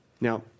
Now